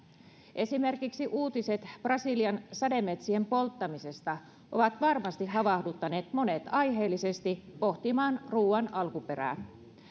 esimerkiksi uutiset brasilian sademetsien polttamisesta ovat varmasti havahduttaneet monet aiheellisesti pohtimaan ruoan alkuperää